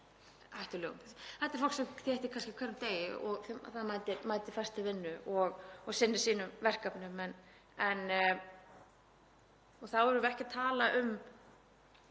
Þetta er fólk sem þið hittið kannski á hverjum degi og það mætir ferskt til vinnu og sinnir sínum verkefnum. Þá erum við ekki að tala um